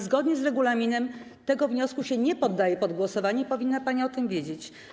Zgodnie z regulaminem tego wniosku nie poddaje się pod głosowanie i powinna pani o tym wiedzieć.